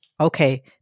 Okay